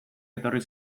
etorri